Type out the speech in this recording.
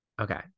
Okay